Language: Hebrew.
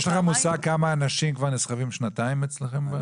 יש לכם מושג כמה אנשים כבר נסחבים שנתיים אצלכם?